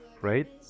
right